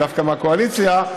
דווקא מהקואליציה,